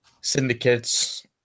syndicates